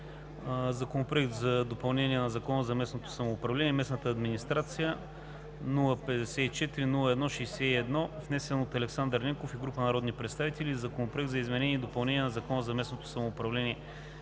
Законопроект за допълнение на Закона за местното самоуправление и местната администрация, № 054-01-61, внесен от Александър Ненков и група народни представители, и Законопроект за изменение и допълнение на Закона за местното самоуправление